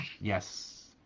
Yes